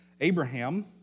Abraham